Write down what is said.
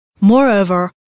Moreover